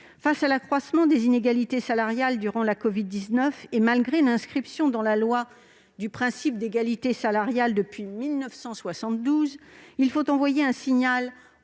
Face à l'accroissement des inégalités salariales durant la covid-19, et malgré l'inscription dans la loi du principe d'égalité salariale depuis 1972, il faut envoyer un signal